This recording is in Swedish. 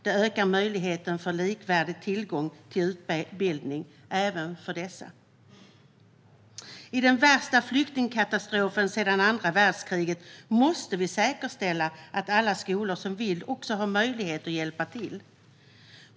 Det ökar möjligheten till likvärdig tillgång till utbildning även för dessa elever. I den värsta flyktingkatastrofen sedan andra världskriget måste vi säkerställa att alla skolor som vill också har möjlighet att hjälpa till.